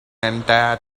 entire